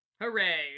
Hooray